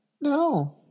No